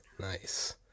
Nice